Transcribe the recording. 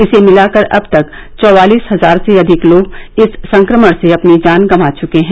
इसे मिलाकर अब तक चौवालिस हजार से अधिक लोग इस संक्रमण से अपनी जान गवा चुके हैं